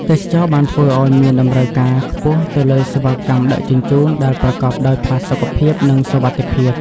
ទេសចរណ៍បានធ្វើឲ្យមានតម្រូវការខ្ពស់ទៅលើសេវាកម្មដឹកជញ្ជូនដែលប្រកបដោយផាសុកភាពនិងសុវត្ថិភាព។